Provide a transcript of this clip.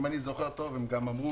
אם אני זוכר נכון,